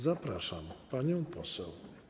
Zapraszam panią poseł.